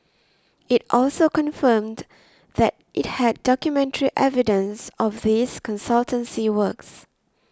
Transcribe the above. it also confirmed that it had documentary evidence of these consultancy works